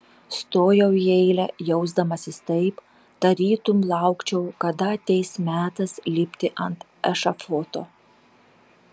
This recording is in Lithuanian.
stojau į eilę jausdamasis taip tarytum laukčiau kada ateis metas lipti ant ešafoto